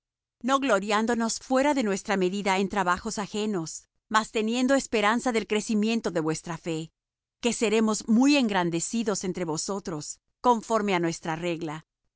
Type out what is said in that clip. no gloriándonos fuera de nuestra medida en trabajos ajenos mas teniendo esperanza del crecimiento de vuestra fe que seremos muy engrandecidos entre vosotros conforme á nuestra regla